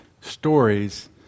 stories